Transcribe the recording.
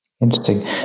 Interesting